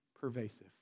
pervasive